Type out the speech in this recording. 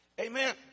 Amen